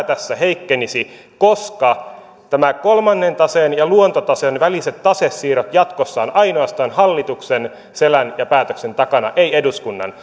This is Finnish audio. tässä heikkenisi koska kolmannen taseen ja luontotaseen väliset tasesiirrot jatkossa ovat ainoastaan hallituksen selän ja päätöksen takana eivät eduskunnan